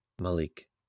Malik